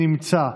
נמצא,